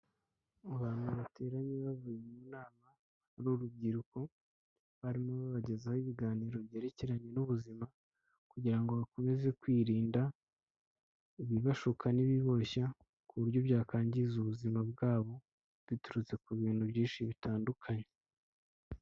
Mu bantu bateranye bavuye mu nama ari urubyiruko, barimo babagezaho ibiganiro byerekeranye n'ubuzima kugira ngo bakomeze kwirinda ibibashuka n'ibiboshya, ku buryo byakangiza ubuzima bwabo biturutse ku bintu byinshi bitandukanye.